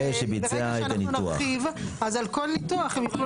ברגע שאנחנו נרחיב אז על כל ניתוח הוא יוכלו